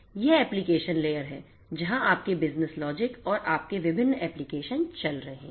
यह application layer है जहां आपके बिजनेस लॉजिक और आपके विभिन्न एप्लीकेशन चल रहे हैं